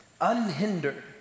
unhindered